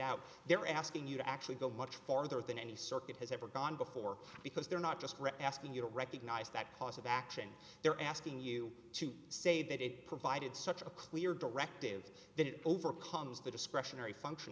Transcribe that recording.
out they're asking you to actually go much farther than any circuit has ever gone before because they're not just asking you to recognize that cause of action they're asking you to say that it provided such a clear directive that overcomes the discretionary function